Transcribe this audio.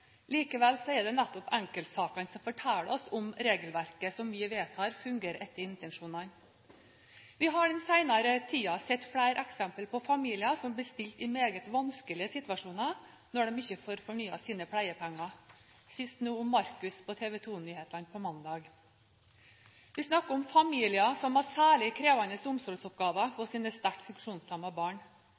Likevel er det nettopp enkeltsakene som forteller oss om regelverket som vi vedtar, fungerer etter intensjonene. Vi har den senere tid sett flere eksempler på familier som blir stilt i meget vanskelige situasjoner når de ikke får fornyet sine pleiepenger – sist nå om Markus på TV 2-nyhetene på mandag. Vi snakker om familier som har særlig krevende omsorgsoppgaver for sine sterkt funksjonshemmede barn.